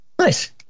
nice